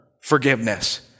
forgiveness